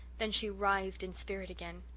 then she writhed in spirit again.